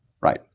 Right